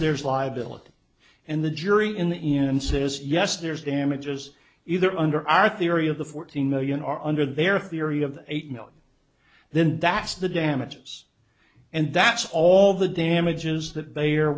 there's liability and the jury in the end says yes there's damages either under our theory of the fourteen million are under their theory of eight million then that's the damages and that's all the damages that